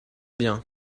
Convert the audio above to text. bien